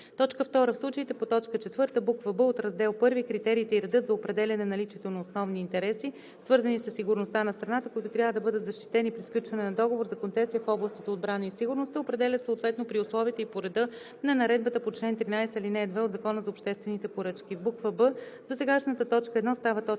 и 2. 2. В случаите по т. 4, буква „б“ от Раздел І критериите и редът за определяне наличието на основни интереси, свързани със сигурността на страната, които трябва да бъдат защитени при сключване на договор за концесия в областите отбрана и сигурност, се определят съответно при условията и по реда на наредбата по чл. 13, ал. 2 от Закона за обществените поръчки.“; б) досегашната т. 1